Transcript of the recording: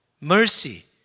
mercy